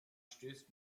stößt